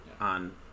on